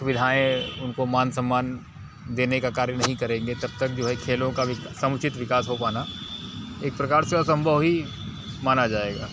सुविधाएँ उनको मान सम्मान देने का कार्य नहीं करेंगे तब तक जो है खेलों का विका समुचित विकास हो पाना एक प्रकार से असम्भव ही माना जाएगा